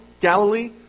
Galilee